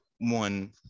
one